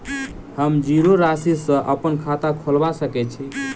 हम जीरो राशि सँ अप्पन खाता खोलबा सकै छी?